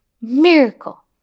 miracle